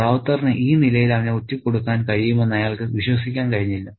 റൌത്തറിന് ഈ നിലയിൽ അവനെ ഒറ്റിക്കൊടുക്കാൻ കഴിയുമെന്ന് അയാൾക്ക് വിശ്വസിക്കാൻ കഴിഞ്ഞില്ല